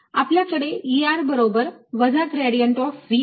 आपल्याकडे E बरोबर वजा ग्रेडियंट ऑफ V आहे